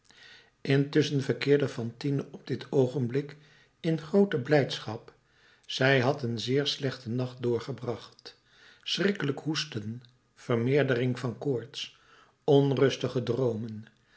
intusschen verkeerde fantine op dit oogenblik in groote blijdschap zij had een zeer slechten nacht doorgebracht schrikkelijk hoesten vermeerdering van koorts onrustige droomen